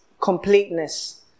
completeness